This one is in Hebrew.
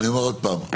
אני אומר עוד פעם,